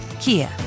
Kia